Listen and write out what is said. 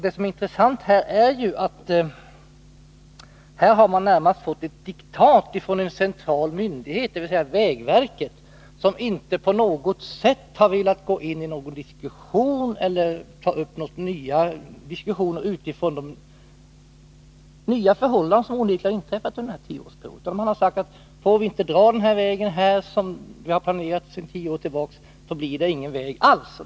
Det intressanta här är alltså att det närmast föreligger ett diktat från en central myndighet — dvs. vägverket, som inte på något sätt har velat gå in i en diskussion utifrån de nya förhållanden som onekligen kan konstateras under den här tioårsperioden. Man har sagt att om inte den här vägen får dras som planerats sedan tio år tillbaka, så blir det ingen väg alls.